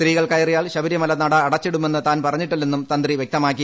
സ്ത്രീകൾ കയറിയാൽ ശബരിമല നട അടച്ചിടുമെന്ന് താൻ പറഞ്ഞിട്ടില്ലെന്നും തന്ത്രി വ്യക്തമാക്കി